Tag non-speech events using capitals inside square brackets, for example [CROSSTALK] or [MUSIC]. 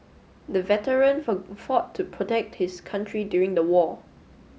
the veteran [UNINTELLIGIBLE] fought to protect his country during the war